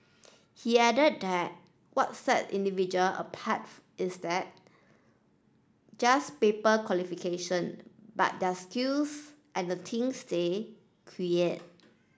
he added that what sets individual apart is that just paper qualification but their skills and the things they create